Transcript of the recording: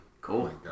Cool